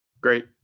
Great